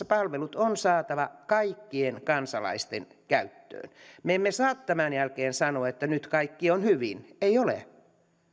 palvelut on saatava kaikkien kansalaisten käyttöön me emme saa tämän jälkeen sanoa että nyt kaikki on hyvin ei ole